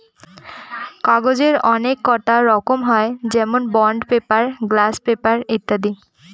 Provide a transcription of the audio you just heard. কাগজের অনেককটা রকম হয় যেমন বন্ড পেপার, গ্লাস পেপার ইত্যাদি